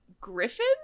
Griffin